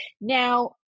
Now